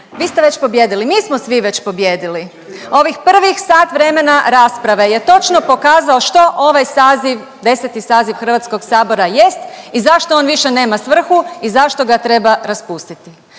vi ste već pobijedili, mi smo svi već pobijedili. Ovih prvih sat vremena rasprave je točno pokazao što ovaj saziv 10. saziv Hrvatskog sabora jest i zašto on više nema svrhu i zašto ga treba raspustiti.